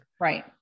Right